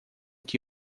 que